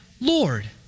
Lord